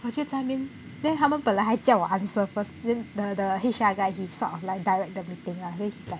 我就在那边 then 他们本来还叫我 answer first then the the H_R guy he sort of like direct the meeting lah then he's like